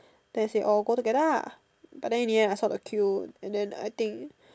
then I say orh go together lah but then in the end I feel the queue and then I think